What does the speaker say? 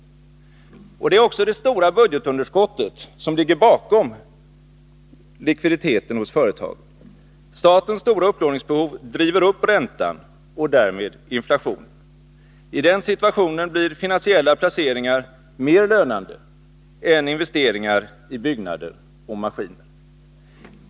Det är också det stora budgetunderskottet som ligger bakom den stora likviditeten hos företagen. Statens stora upplånings behov driver upp räntan och därmed inflationen. I den situationen blir finansiella placeringar mer lönande än investeringar i byggnader och maskiner.